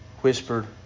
Whispered